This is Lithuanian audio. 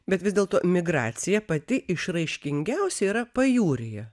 bet vis dėlto migracija pati išraiškingiausia yra pajūryje